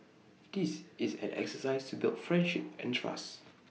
this is an exercise to build friendship and trust